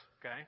okay